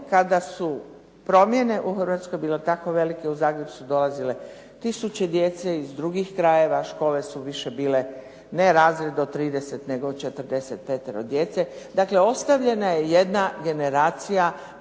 kada su promjene u Hrvatskoj bile tako velike u Zagreb su dolazile tisuće djece iz drugih krajeva, škole su više bile ne razred od 30 nego od 45 djece. Dakle, ostavljena je jedna generacija